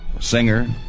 singer